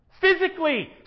Physically